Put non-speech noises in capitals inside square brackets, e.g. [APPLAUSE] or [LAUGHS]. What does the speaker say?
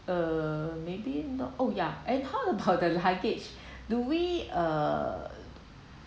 err maybe not oh yeah and how about the [LAUGHS] luggage do we uh